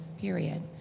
period